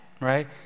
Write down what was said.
right